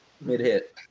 Mid-hit